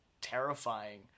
terrifying